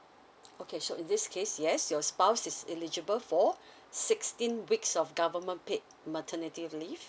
okay so in this case yes your spouse is eligible for sixteen weeks of government paid maternity leave